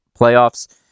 playoffs